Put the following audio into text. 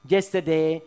Yesterday